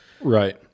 Right